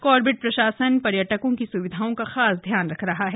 Corbett प्रशासन पर्यटकों की सुविधाओं का खास ध्यान रख रहा है